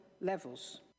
levels